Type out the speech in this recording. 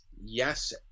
yes